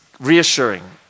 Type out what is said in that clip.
reassuring